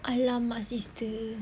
!alamak! sister